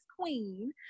queen